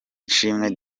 ishimwe